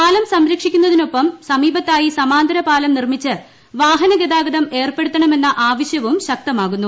പാലം സംരക്ഷിക്കുന്നതിനൊപ്പം സമീപത്തായി സമാന്തര പാലം നിർമ്മിച്ച് വാഹന ഗതാഗതം ഏർപ്പെടുത്തണമെന്ന ആവശ്യവും ശക്തമാകുന്നു